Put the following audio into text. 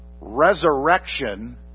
resurrection